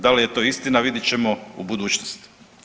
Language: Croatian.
Da li je to istina vidjet ćemo u budućnosti.